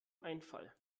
einfall